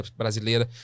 brasileira